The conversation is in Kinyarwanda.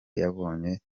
yabonye